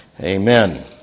Amen